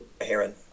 Heron